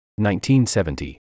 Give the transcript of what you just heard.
1970